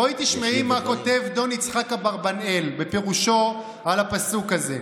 בואי תשמעי מה כותב דון יצחק אברבנאל בפירושו על הפסוק הזה: